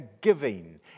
giving